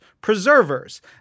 preservers